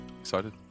excited